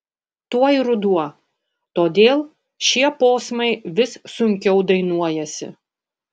tuoj ruduo todėl šie posmai vis sunkiau dainuojasi